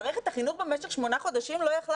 מערכת החינוך במשך שמונה חודשים לא יכלה